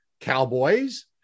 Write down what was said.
cowboys